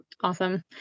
Awesome